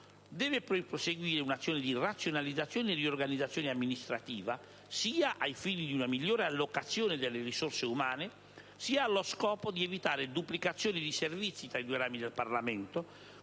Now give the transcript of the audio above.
Deve poi proseguire un'azione di razionalizzazione e riorganizzazione amministrativa, sia ai fini di una migliore allocazione delle risorse umane sia allo scopo di evitare duplicazioni di servizi tra i due rami del Parlamento,